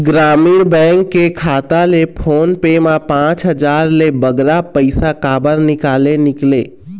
ग्रामीण बैंक के खाता ले फोन पे मा पांच हजार ले बगरा पैसा काबर निकाले निकले?